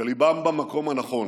שליבם במקום הנכון: